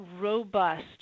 robust